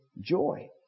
joy